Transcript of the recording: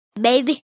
Baby